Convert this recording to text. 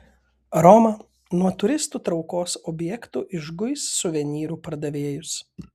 roma nuo turistų traukos objektų išguis suvenyrų pardavėjus